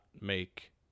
make